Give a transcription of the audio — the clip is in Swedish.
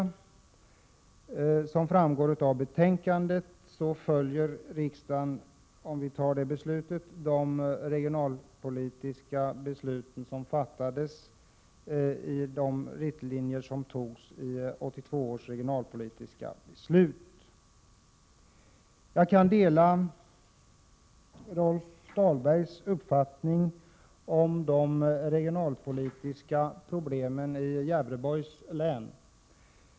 Såsom framgår av betänkandet följer riksdagen, om vi tar det beslutet, de riktlinjer som antogs i 1982 års regionalpolitiska beslut. Jag kan dela Rolf Dahlbergs uppfattning om de regionalpolitiska problemen i Gävleborgs län.